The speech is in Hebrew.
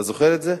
אתה זוכר את זה?